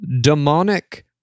demonic